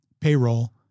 payroll